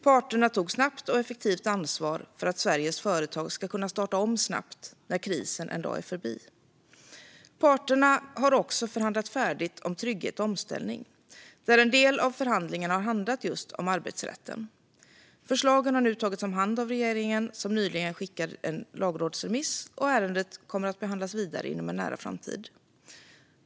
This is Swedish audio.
Parterna tog snabbt och effektivt ansvar för att Sveriges företag ska kunna starta om snabbt när krisen en dag är förbi. Parterna har också förhandlat färdigt om trygghet och omställning, och där har en del av förhandlingarna handlat om just arbetsrätten. Förslagen har nu tagits om hand av regeringen, som nyligen skickade ärendet på remiss till Lagrådet. Det kommer att behandlas vidare inom en nära framtid.